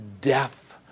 death